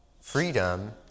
Freedom